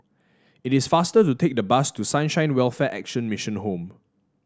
it is faster to take the bus to Sunshine Welfare Action Mission Home